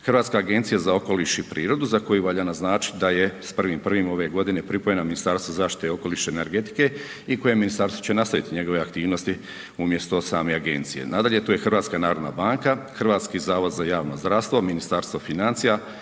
Hrvatska agencija za okoliš i prirodu za koju valja naznačiti da je s 1.1. ove godine pripijena Ministarstvu zaštite okoliša i energetike i koje ministarstvo će nastaviti njegove aktivnosti umjesto same agencije. Nadalje tu je HNB, HZJZ, Ministarstvo financija,